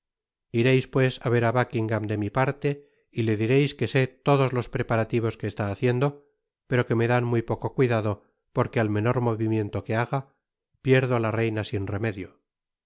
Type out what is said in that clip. ireis pires á ver á buckingam de mi parte y le direis que sé todos los preparativos que está haciendo pero que me dan muy poco cuidado porque al menor movimiento que haga pierdo á la reina sin remedio